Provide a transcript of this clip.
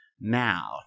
now